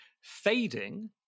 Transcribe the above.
fading